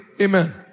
amen